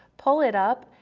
pull it up,